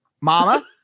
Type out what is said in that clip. Mama